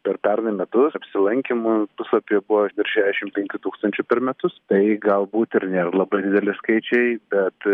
per pernai metus apsilankymų puslapyje buvo virš šešiašim penkių tūkstančių per metus tai galbūt ir nėra labai dideli skaičiai bet